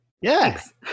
yes